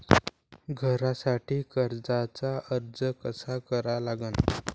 घरासाठी कर्जाचा अर्ज कसा करा लागन?